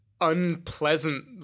unpleasant